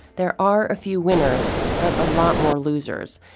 there are a few winners, but a lot more losers,